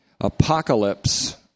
apocalypse